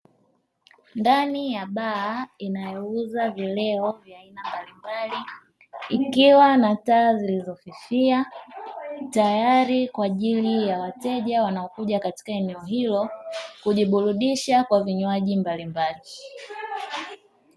Ndani ya baa inayouza vileo vya aina mbalimbali, ikiwa na taa zilizofifia, tayari kwa ajili ya wateja wanaokuja eneo hilo kujiburudisha kwa vinywaji mbalimbali.